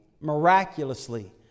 Miraculously